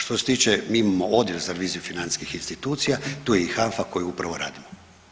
Što se tiče mi imamo Odjel za reviziju financijskih institucija tu je i HANFA koju upravo radimo.